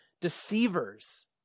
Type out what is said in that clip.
deceivers